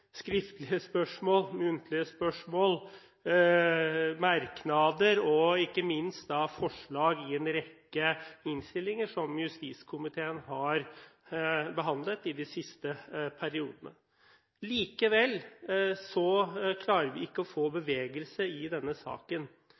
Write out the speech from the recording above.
skriftlige spørsmål, muntlige spørsmål, merknader og ikke minst gjennom forslag i en rekke innstillinger som justiskomiteen har behandlet i de siste periodene. Likevel klarer vi ikke å få bevegelse i denne saken.